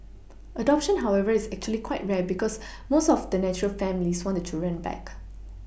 adoption however is actually quite rare because most of the natural families want the children back